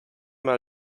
mal